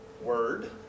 word